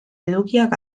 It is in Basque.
edukiak